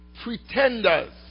pretenders